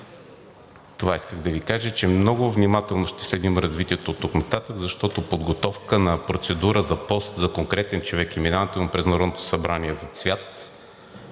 Това исках да Ви кажа – че много внимателно ще следим развитието оттук нататък, защото подготовка на процедура за пост за конкретен човек и минаването му през Народното събрание за цвят,